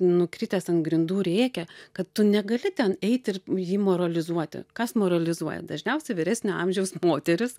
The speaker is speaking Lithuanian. nukritęs ant grindų rėkia kad tu negali ten eiti ir jį moralizuoti kas moralizuoja dažniausia vyresnio amžiaus moterys